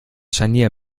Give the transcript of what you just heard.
scharnier